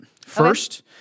First